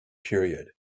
period